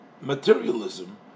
materialism